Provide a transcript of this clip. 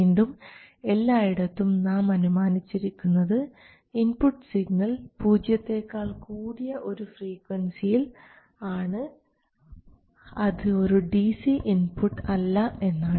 വീണ്ടും എല്ലായിടത്തും നാം അനുമാനിച്ചിരിക്കുന്നത് ഇൻപുട്ട് സിഗ്നൽ പൂജ്യത്തെക്കാൾ കൂടിയ ഒരു ഫ്രീക്വൻസിയിൽ ആണ് അത് ഒരു ഡിസി ഇൻപുട്ട് അല്ല എന്നാണ്